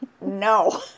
No